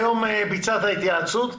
היום ביצעת התייעצות,